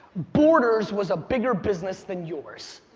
borders was a bigger business than yours.